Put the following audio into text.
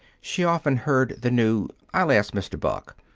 she often heard the new, i'll ask mr. buck,